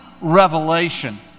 revelation